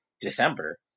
December